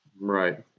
Right